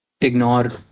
ignore